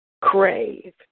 Crave